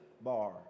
bar